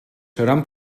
seran